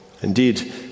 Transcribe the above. Indeed